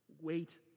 Wait